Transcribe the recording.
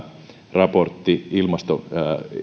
raportti